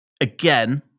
again